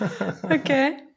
Okay